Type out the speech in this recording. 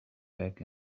back